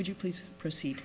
would you please proceed